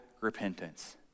repentance